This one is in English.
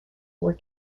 were